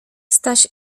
staś